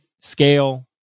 scale